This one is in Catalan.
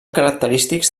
característics